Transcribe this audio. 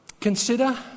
Consider